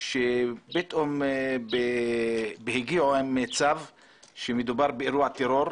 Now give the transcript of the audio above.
פתאום הגיעו עם צו שמדובר באירוע טרור,